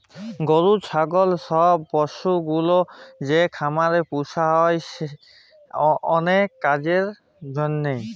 গরু, ছাগল ছব জল্তুগুলা যে খামারে পুসা হ্যয় অলেক কাজের জ্যনহে